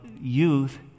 youth